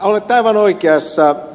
olette aivan oikeassa